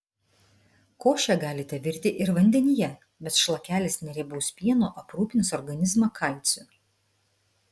košę galite virti ir vandenyje bet šlakelis neriebaus pieno aprūpins organizmą kalciu